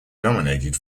nominated